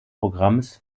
programms